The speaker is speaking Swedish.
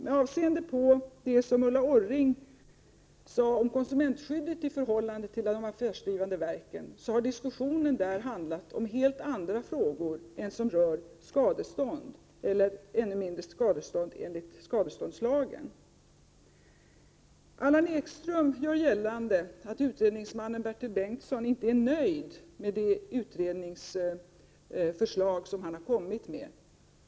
Med avseende på det som Ulla Orring sade om konsumentskyddet när det gäller de affärsdrivande verken har diskussionen där handlat om helt andra frågor än dem som rör skadestånd eller i ännu mindre utsträckning skadestånd enligt skadeståndslagen. Allan Ekström gjorde gällande att utredningsmannen Bertil Bengtsson inte är nöjd med det utredningsförslag som han har lagt fram.